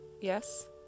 Yes